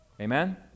Amen